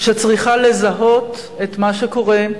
שצריכה לזהות את מה שקורה,